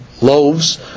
loaves